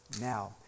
now